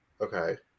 Okay